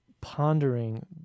pondering